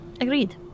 Agreed